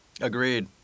Agreed